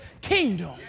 kingdom